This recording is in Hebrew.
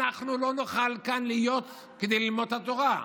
אנחנו לא נוכל להיות כאן כדי ללמוד את התורה.